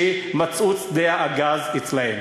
שכן הם מצאו את שדה הגז אצלם.